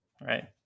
right